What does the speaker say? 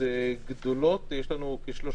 יש לנו כ-300